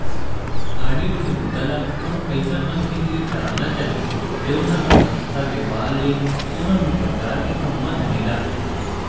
audit के बूता ल कोनो अइसन मनखे तीर कराना चाही जउन ह ओ संस्था, बेपार ले कोनो भी परकार के संबंध नइ राखय